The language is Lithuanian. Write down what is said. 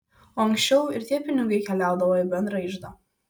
o ankščiau ir tie pinigai keliaudavo į bendrą iždą